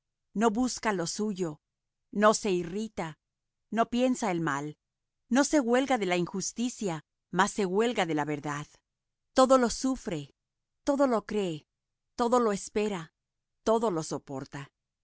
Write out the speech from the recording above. no busca lo suyo no se irrita no piensa el mal no se huelga de la injusticia mas se huelga de la verdad todo lo sufre todo lo cree todo lo espera todo lo soporta